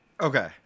Okay